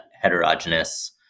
heterogeneous